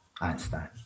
Einstein